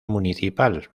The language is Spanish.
municipal